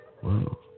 Whoa